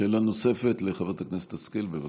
שאלה נוספת לחברת הכנסת השכל, בבקשה.